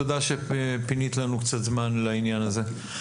תודה שפינית לנו קצת זמן לעניין הזה.